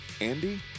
Andy